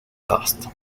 lost